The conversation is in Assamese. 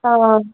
অঁ অঁ